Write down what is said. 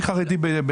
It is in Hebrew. אני חרדי.